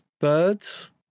birds